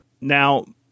Now